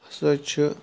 ہسا چھِ